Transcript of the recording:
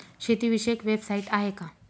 शेतीविषयक वेबसाइट आहे का?